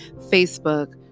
Facebook